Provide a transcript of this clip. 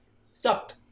Sucked